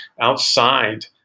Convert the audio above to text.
outside